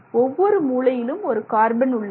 ஒவ்வொரு மூலையிலும் ஒரு கார்பன் உள்ளது